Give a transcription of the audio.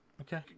Okay